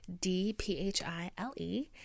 D-P-H-I-L-E